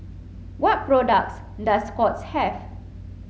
what products does Scott's have